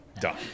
done